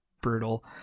brutal